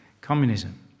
communism